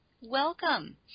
Welcome